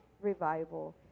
revival